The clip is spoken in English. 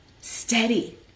steady